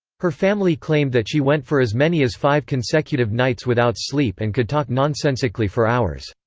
her family claimed that she went for as many as five consecutive nights without sleep and could talk nonsensically for hours.